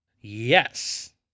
Yes